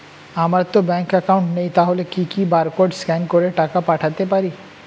আমারতো bank account নেই তাহলে কি কি বারকোড স্ক্যান করে টাকা পাঠাতে পারি?